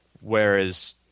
whereas